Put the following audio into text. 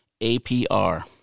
APR